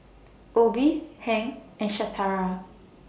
Obie Hank and Shatara